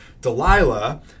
Delilah